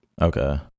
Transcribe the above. okay